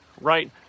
right